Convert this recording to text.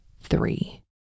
three